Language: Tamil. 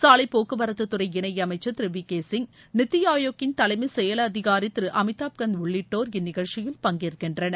சாலைப் போக்குவரத்துத் துறை இணை அமைச்சர் திரு விகே சிங் நித்தி ஆயோக்கின் தலைமைச் செயல் அதிகாரி திரு அமிதாப் கந்த் உள்ளிட்டோர் இந்நிகழ்ச்சியில் பங்கேற்கின்றனர்